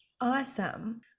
Awesome